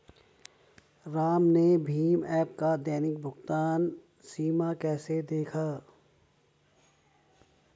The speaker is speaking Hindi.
राम ने भीम ऐप का दैनिक भुगतान सीमा कैसे देखा?